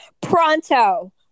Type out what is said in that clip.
Pronto